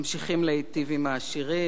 ממשיכים להיטיב עם העשירים.